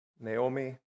Naomi